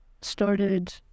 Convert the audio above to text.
started